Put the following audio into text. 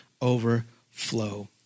overflow